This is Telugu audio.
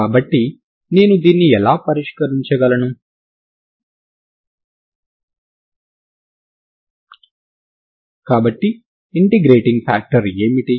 కాబట్టి సరిహద్దు మీద మీరు u0t0 లేదా ux0t0 ని అందించాల్సి ఉంటుంది